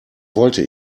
wollte